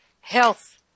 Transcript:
health